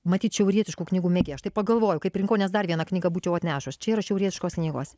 matyt šiaurietiškų knygų mėgėja aš taip pagalvoju kaip rinkau nes dar vieną knygą būčiau atnešus čia yra šiaurietiškos knygos